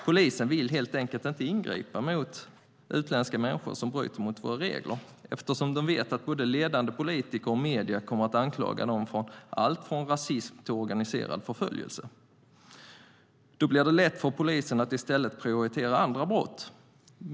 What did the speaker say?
Polisen vill helt enkelt inte ingripa mot utländska människor som bryter mot våra regler, eftersom de vet att både ledande politiker och medier kommer att anklaga dem för allt från rasism till organiserad förföljelse. Då blir det lätt för polisen att i stället prioritera andra brott.